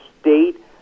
state